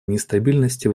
нестабильности